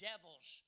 Devils